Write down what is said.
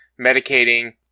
Medicating